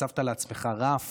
הצבת לעצמך רף